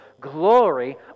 glory